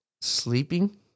sleeping